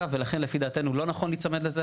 ולכן לפי דעתנו זה לא נכון להיצמד לזה.